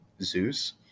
Zeus